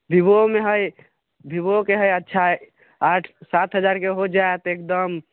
बीबोमे हइ बीबोके हइ अच्छा आठ सात हजारके हो जायत एकदम